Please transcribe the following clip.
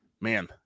man